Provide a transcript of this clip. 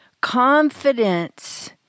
confidence